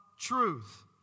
truth